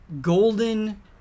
golden